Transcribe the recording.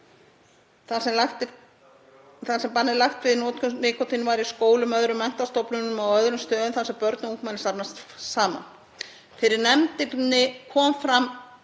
þar sem bann er lagt við notkun nikótínvara í skólum, öðrum menntastofnunum og á öðrum stöðum þar sem börn og ungmenni safnast saman. Fyrir nefndinni kom fram